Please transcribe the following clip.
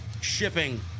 shipping